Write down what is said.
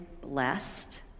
blessed